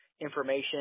information